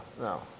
no